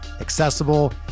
accessible